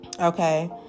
okay